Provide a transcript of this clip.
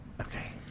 Okay